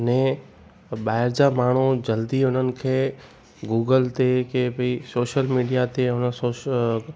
ने ॿाहिरि जा माण्हू जल्दी उन्हनि खे गूगल ते कंहिं बि सोशल मीडिया ते उन सोश